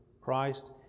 Christ